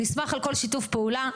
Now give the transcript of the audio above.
נשמח על כל שיתוף פעולה.